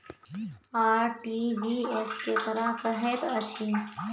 RTGS केकरा कहैत अछि?